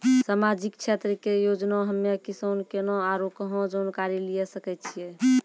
समाजिक क्षेत्र के योजना हम्मे किसान केना आरू कहाँ जानकारी लिये सकय छियै?